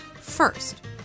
First